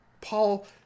Paul